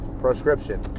prescription